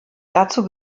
dazu